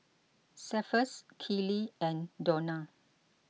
Cephus Kylie and Dawna